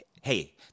hey